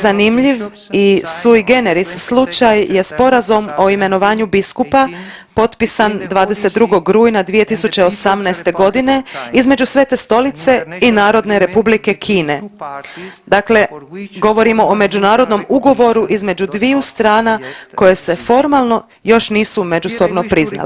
Zanimljiv i Sui generis slučaj je Sporazum o imenovanju biskupa potpisan 22. rujna 2018.g. između Svete Stolice i Narodne Republike Kine, dakle govorimo o međunarodnom ugovoru između dviju strana koje se formalno još nisu međusobno priznale.